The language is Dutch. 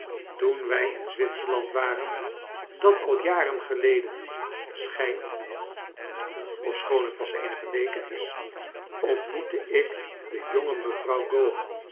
toen wij in zwitserland waren dat al jaren geleden schijnt ofsehoon het pas eenige weken is ontmoette ik de jonge mevrouw